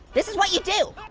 this is what you do.